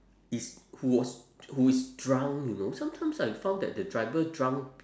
is who was who is drunk you know sometimes I found that the driver drunk